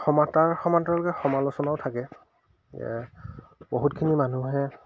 সমাতাৰ তাৰ সমান্তৰালকৈ সমালোচনাও থাকে বহুতখিনি মানুহে